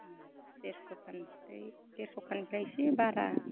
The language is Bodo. देरस'खान ओमफ्राय देरस'खाननिफ्राय इसे बारा